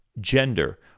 gender